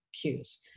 cues